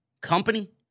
company